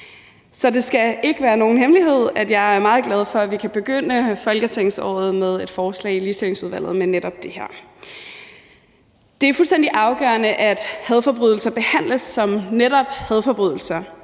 Så det skal ikke være nogen hemmelighed, at jeg er meget glad for, at vi kan begynde folketingsåret med et forslag i Ligestillingsudvalget om netop det her. Det er fuldstændig afgørende, at hadforbrydelser behandles som netop hadforbrydelser,